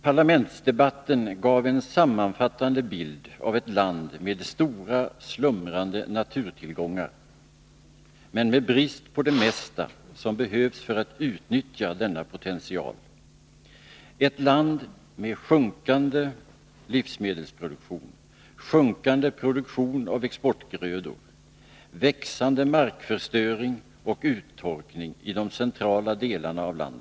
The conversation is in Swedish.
Parlamentsdebatten gav en sammanfattande bild av ett land med stora, slumrande naturtillgångar men med brist på det mesta som behövs för att utnyttja denna potential, ett land med sjunkande livsmedelsproduktion, sjunkande produktion av exportgrödor, växande markförstöring och uttorkning i de centrala delarna av landet.